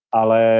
ale